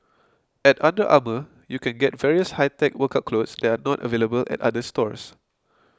at Under Armour you can get various high tech workout clothes that are not available at other stores